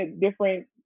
different